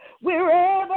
wherever